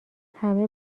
همه